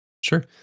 Sure